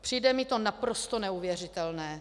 Přijde mi to naprosto neuvěřitelné.